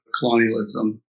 colonialism